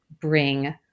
bring